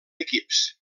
equips